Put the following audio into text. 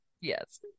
Yes